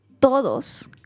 Todos